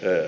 öö